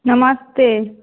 नमस्ते